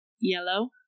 Yellow